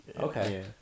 Okay